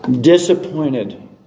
disappointed